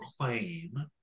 claim